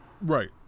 Right